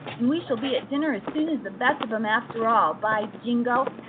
and we shall be at dinner as soon as the best of em after all, by jingo!